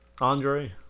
Andre